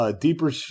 Deeper